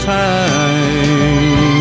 time